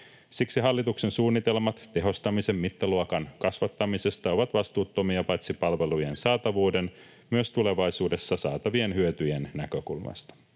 Siksi hallituksen suunnitelmat tehostamisen mittaluokan kasvattamisesta ovat vastuuttomia paitsi palvelujen saatavuuden myös tulevaisuudessa saatavien hyötyjen näkökulmasta.